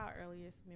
earliest